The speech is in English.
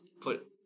put